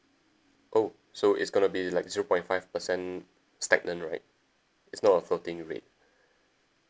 oh so it's going to be like zero point five percent stagnant right it's not a floating rate